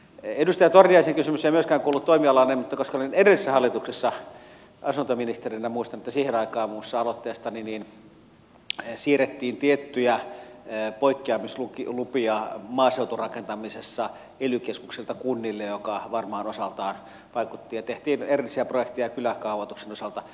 edustaja torniaisen kysymys ei myöskään kuulu toimialaani mutta koska olin edellisessä hallituksessa asuntoministerinä muistan että siihen aikaan aloitteestani siirrettiin tiettyjä poikkeamislupia maaseuturakentamisessa ely keskuksilta kunnille mikä varmaan osaltaan vaikutti ja tehtiin erillisiä projekteja kyläkaavoituksen osalta